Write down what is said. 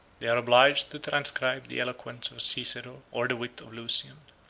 they are obliged to transcribe the eloquence of cicero or the wit of lucian.